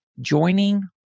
joining